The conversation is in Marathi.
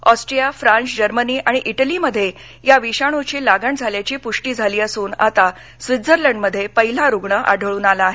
ऑस्ट्रीया फ्रान्स जर्मनी आणि इटलीमध्ये या विषाणूची लागण झाल्याची पुष्टि झाली असून आता स्वित्झर्लंडमध्ये पहिला रुग्ण आढळून आला आहे